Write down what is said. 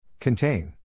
Contain